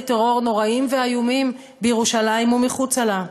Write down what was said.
טרור נוראים ואיומים בירושלים ומחוץ לה.